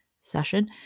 session